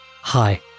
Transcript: Hi